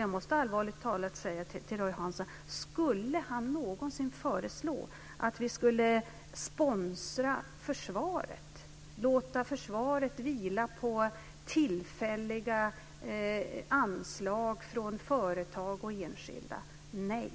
Jag måste allvarligt talat fråga Roy Hansson om han någonsin skulle föreslå att vi skulle sponsra försvaret och låta försvaret vila på tillfälliga anslag från företag och enskilda. Nej,